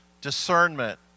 discernment